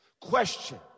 Question